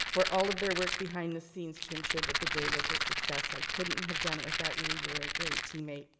for all of their work behind the scenes to ensure that the day was a success. i couldn't have done it without you, you are a great teammate,